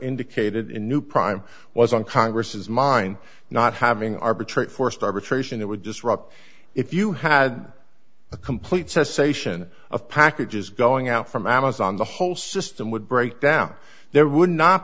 indicated in new prime was on congress's mind not having arbitrate forced arbitration it would disrupt if you had a complete cessation of packages going out from amazon the whole system would break down there would not